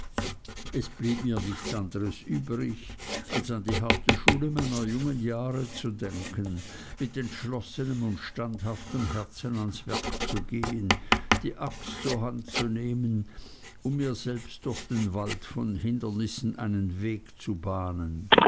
es blieb mir nichts anderes übrig als an die harte schule meiner jungen jahre zu denken mit entschloßnem und standhaftem herzen ans werk zu gehen die axt zur hand zu nehmen um mir selbst durch den wald von hindernissen einen weg zu bahnen